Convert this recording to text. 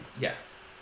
Yes